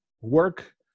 work